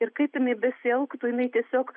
ir kaip jinai besielgtų jinai tiesiog